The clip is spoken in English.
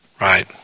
right